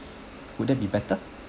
would that be better